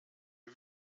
für